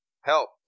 Help